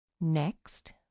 next